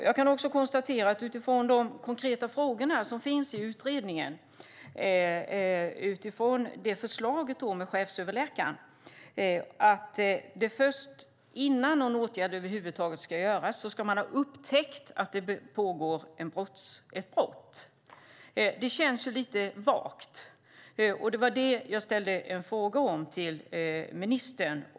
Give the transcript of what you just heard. Jag kan också konstatera att utifrån de konkreta frågor och förslag som finns i utredningen angående chefsöverläkaren ska man först ha upptäckt att det pågår ett brott innan någon åtgärd över huvud taget kan vidtas. Det känns lite vagt, och det var det jag ställde en fråga om till ministern.